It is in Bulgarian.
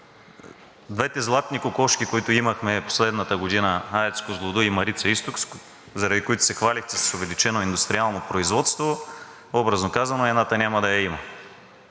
Двете златни кокошки, които имахме последната година – АЕЦ „Козлодуй“ и „Марица изток“, заради които се хвалехте с увеличено индустриално производство, образно казано, едната няма да я има.